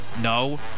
No